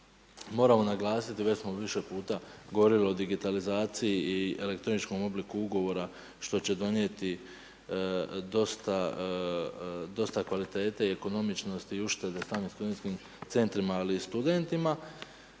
Moramo naglasiti, već smo više puta govorili o digitalizaciji i elektroničkom obliku ugovora što će donijeti dosta kvalitete i ekonomičnosti i uštede sam studentskim centrima ali i studentima.